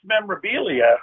memorabilia